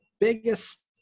biggest